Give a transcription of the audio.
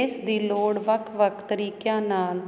ਇਸ ਦੀ ਲੋੜ ਵੱਖ ਵੱਖ ਤਰੀਕਿਆਂ ਨਾਲ